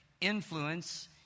influence